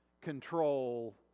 control